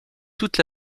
toute